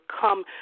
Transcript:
come